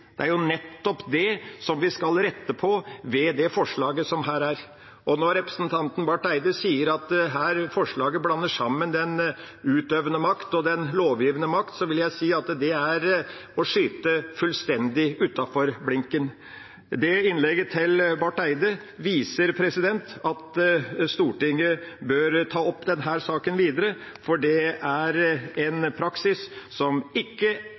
Det er jo nettopp det vi skal rette på ved dette forslaget. Når representanten Barth Eide sier at dette forslaget blander sammen den utøvende makt og den lovgivende makt, vil jeg si at det er å skyte fullstendig utenfor blinken. Innlegget til Barth Eide viser at Stortinget bør ta opp denne saken videre, for det er en praksis som ikke